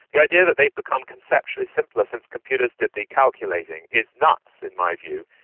the idea that they've become conceptually simpler since computers did the calculating is nuts, in my view,